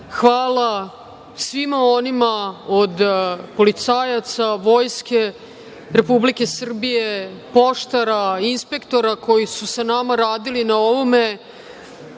Hvala svima onima od policajaca, Vojske Republike Srbije, poštara, inspektora koji su sa nama radili na ovome. Došla